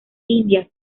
indias